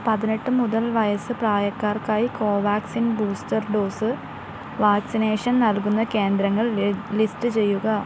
പതിനെട്ട് മുതൽ വയസ്സ് പ്രായക്കാർക്കായി കോവാക്സിൻ ബൂസ്റ്റർ ഡോസ് വാക്സിനേഷൻ നൽകുന്ന കേന്ദ്രങ്ങൾ ലിസ്റ്റ് ചെയ്യുക